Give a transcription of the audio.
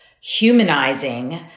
humanizing